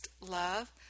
love